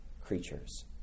creatures